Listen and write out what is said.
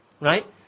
right